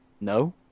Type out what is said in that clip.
No